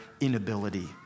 inability